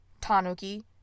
Tanuki